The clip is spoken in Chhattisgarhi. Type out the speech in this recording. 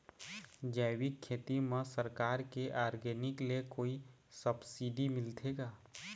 जैविक खेती म सरकार के ऑर्गेनिक ले कोई सब्सिडी मिलथे का?